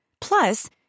Plus